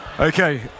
Okay